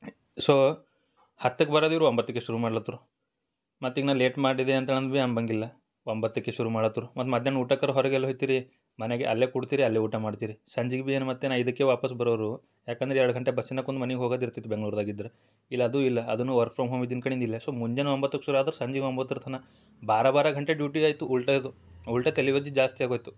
so ಹತ್ತಕ್ಕೆ ಬರೋದ್ ಇವ್ರು ಒಂಬತ್ತಕ್ಕೇ ಶುರು ಮಾಡ್ಲತ್ರು ಮತ್ತು ಈಗ ನಾನು ಲೇಟ್ ಮಾಡಿದೆ ಅಂತ ಹೇಳಿ ಅಂದ್ರ್ ಬಿ ಅನ್ನಂಗಿಲ್ಲ ಒಂಬತ್ತಕ್ಕೇ ಶುರು ಮಾಡತ್ರು ಮತ್ತು ಮಧ್ಯಾಹ್ನ ಊಟಕ್ಕಾರೂ ಹೊರಗೆ ಎಲ್ಲಿ ಹೋಗ್ತೀರೀ ಮನೆಗೆ ಅಲ್ಲೇ ಕೂಡ್ತೀರಿ ಅಲ್ಲೇ ಊಟ ಮಾಡ್ತೀರಿ ಸಂಜೆಗ್ ಬಿ ಏನು ಮತ್ತೆ ಏನು ಐದಕ್ಕೆ ವಾಪಸ್ಸು ಬರೋರು ಯಾಕಂದ್ರೆ ಎರಡು ಗಂಟೆ ಬಸ್ಸಿನಾಗೆ ಕುಂತು ಮನೆಗ್ ಹೋಗೋದು ಇರ್ತಿತ್ತು ಬೆಂಗ್ಳೂರ್ದಾಗೆ ಇದ್ರೆ ಇಲ್ಲಿ ಅದೂ ಇಲ್ಲ ಅದೂ ವರ್ಕ್ ಫ್ರಮ್ ಹೋಮ್ ಇದ್ದಿದ್ ಕಡಿಂದ ಇಲ್ಲ ಸೊ ಮುಂಜಾನೆ ಒಂಬತ್ತಕ್ಕೆ ಶುರು ಆದ್ರೆ ಸಂಜೆ ಒಂಬತ್ತರ ತನಕ ಬಾರ ಬಾರ ಗಂಟೆ ಡ್ಯೂಟಿ ಆಯಿತು ಉಲ್ಟಾ ಇದು ಉಲ್ಟಾ ತಲೆ ವಜ್ಜೆ ಜಾಸ್ತಿ ಆಗೋಯಿತು